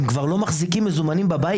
הם כבר לא מחזיקים מזומנים בבית.